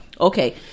Okay